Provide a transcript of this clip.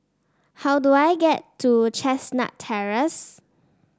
how do I get to Chestnut Terrace